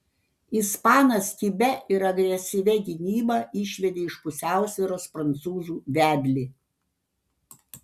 ispanas kibia ir agresyvia gynyba išvedė iš pusiausvyros prancūzų vedlį